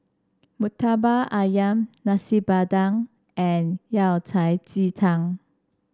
murtabak ayam Nasi Padang and Yao Cai Ji Tang